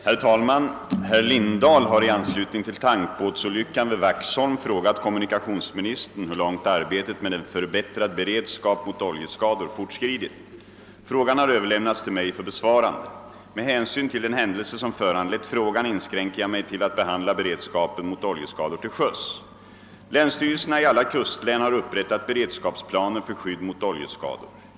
Herr talman! Herr Lindahl har — i anslutning till tankbåtsolyckan vid Vaxholm — frågat kommunikationsministern hur långt arbetet med en förbättrad beredskap mot oljeskador fortskridit. Frågan har överlämnats till mig för besvarande. Med hänsyn till den händelse som föranlett frågan inskränker jag mig till att behandla beredskapen mot oljeskador till sjöss. Länsstyrelserna i alla kustlän har upprättat beredskapsplaner för skydd mot oljeskador.